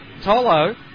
Tolo